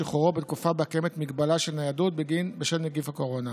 שחרורו בתקופה שבה קיימת הגבלת ניידות בשל נגיף הקורונה.